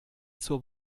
zur